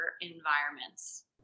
environments